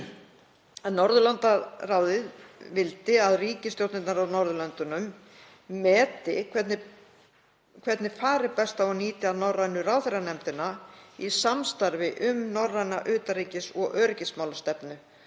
að Norðurlandaráð vill að ríkisstjórnirnar á Norðurlöndunum meti hvernig fari best á að nýta norrænu ráðherranefndina í samstarfi um norræna utanríkis- og öryggismálastefnu,